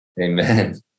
Amen